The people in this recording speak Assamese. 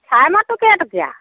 চাইমদটো কেইটকীয়া